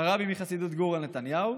הרבי מחסידות גור על נתניהו,